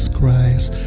Christ